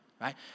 right